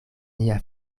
nia